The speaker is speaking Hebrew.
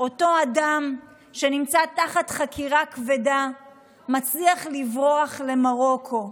אותו אדם שנמצא תחת חקירה כבדה מצליח לברוח למרוקו.